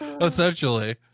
essentially